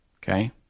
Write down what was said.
Okay